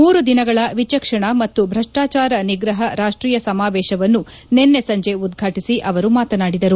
ಮೂರು ದಿನಗಳ ವಿಚಕ್ಷಣ ಮತ್ತು ಭ್ರಷ್ಟಾಚಾರ ನಿಗ್ರಹ ರಾಷ್ಟೀಯ ಸಮಾವೇಶವನ್ನು ನಿನ್ನೆ ಸಂಜೆ ಉದ್ವಾಟಿಸಿ ಅವರು ಮಾತನಾಡಿದರು